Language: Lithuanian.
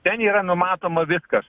ten yra numatoma viskas